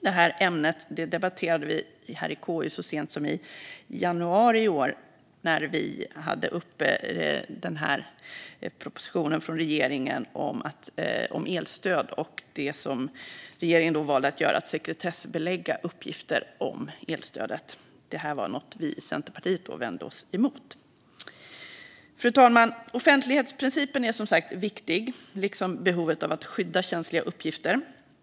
Detta ämne debatterade vi här i KU så sent som i januari i år när vi behandlade propositionen från regeringen om elstöd och det som regeringen valde att göra, nämligen sekretessbelägga uppgifter om elstödet. Detta var något vi i Centerpartiet vände oss emot. Fru talman! Offentlighetsprincipen är som sagt viktig, liksom behovet av att skydda känsliga uppgifter.